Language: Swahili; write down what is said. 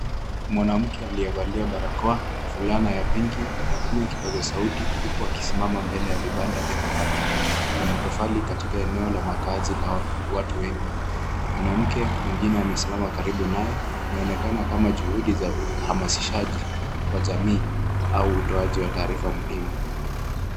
Mwanamke aliyevalia barakoa, fulana ya pinki anatumia kipaz0a sauti huku akisimama mbele ya vibanda vya mabati na matofali katika eneo la makazi la watu wengi. Mwanamke mwingine amesimama karibu naye, inaonekana kama juhudi za uhamasishaji wa jamii au utoaji wa tarifa muhimu.